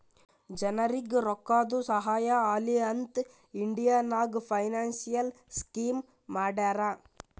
ಜನರಿಗ್ ರೋಕ್ಕಾದು ಸಹಾಯ ಆಲಿ ಅಂತ್ ಇಂಡಿಯಾ ನಾಗ್ ಫೈನಾನ್ಸಿಯಲ್ ಸ್ಕೀಮ್ ಮಾಡ್ಯಾರ